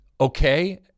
okay